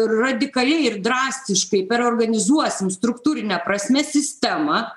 radikaliai ir drastiškai perorganizuosim struktūrine prasme sistemą